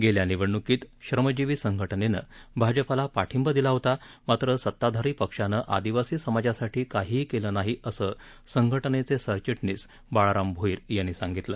गेल्या निवडणूकीत श्रमजीवी संघटनेनं भाजपाला पाठिंबा दिला होता मात्र सताधारी पक्षानं आदिवासी समाजासाठी काहीही केलं नाही असं संघटनेचे सरचिटणीस बाळाराम भोईर यांनी सांगितलं